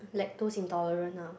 lactose intolerant ah